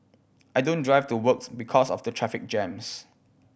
I don't drive to works because of the traffic jams